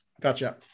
gotcha